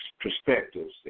perspectives